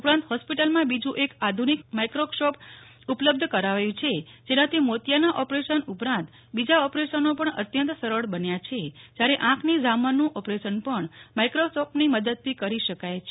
ઉપરાંત હોસ્પિટલમાં બીજું એક આધુનિક માઈક્રોસ્કોપ ઉપલબ્ધ કરાવાયું છે જેનાથી મોતિયાના ઓપરેશન ઉપરાંત બીજા ઓપરેશનો પણ અત્યંત સરળ બન્યા છે જ્યારે આંખની ઝામરનું ઓપરેશન પણ માઈક્રોસ્કોપની મદદથી કરી શકાય છે